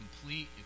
complete